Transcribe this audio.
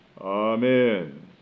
Amen